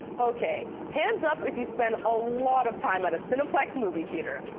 ok, hands up if you spend a lot of time at a cineplex movie theatre.